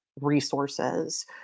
resources